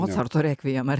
mocarto rekviem ar